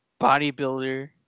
bodybuilder